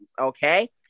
okay